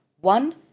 one